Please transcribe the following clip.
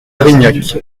arignac